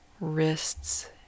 wrists